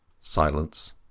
Silence